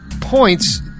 points